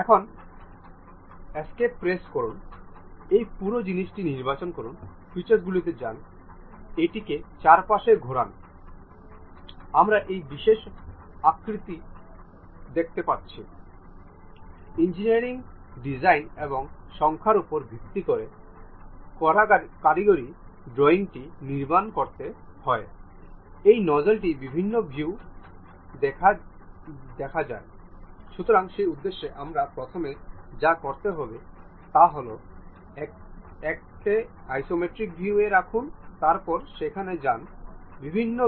এটি আমাদের এই অ্যানিমেশনটি সংরক্ষণ করতে দেয় যা আমরা কেবল একটি মিডিয়া আকারে দেখেছি